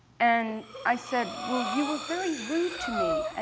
and i said, well, you were very rude to me,